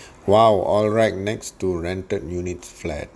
!wow! all right next to rented unit fled